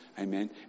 amen